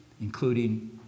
including